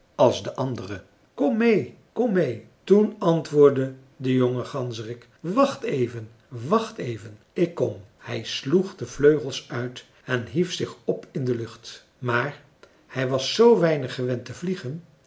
als de andere kom meê kom meê toen antwoordde de jonge ganzerik wacht even wacht even ik kom hij sloeg de vleugels uit en hief zich op in de lucht maar hij was zoo weinig gewend te vliegen